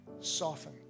soften